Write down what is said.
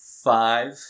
five